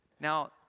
Now